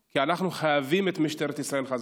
כי אנחנו חייבים את משטרת ישראל חזקה.